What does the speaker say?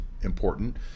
important